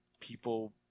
people